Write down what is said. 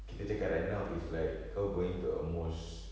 kita cakap right now is like kau going to almost